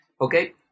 okay